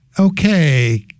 Okay